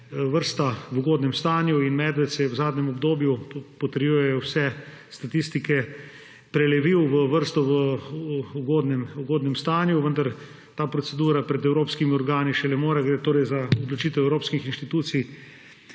vrsta v ugodnem stanju, in medved se je v zadnjem obdobju, to potrjujejo vse statistike, prelevil v vrsto v ugodnem stanju. Vendar ta procedura pred evropskimi organi še ne more steči, gre torej za odločitev evropskih institucij